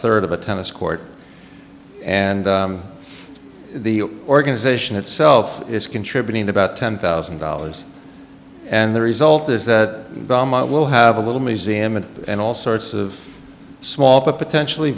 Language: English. third of a tennis court and the organization itself is contributing about ten thousand dollars and the result is that we'll have a little museum and and all sorts of small but potentially